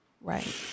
Right